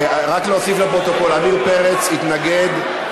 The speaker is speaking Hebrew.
רק להוסיף לפרוטוקול: עמיר פרץ התנגד,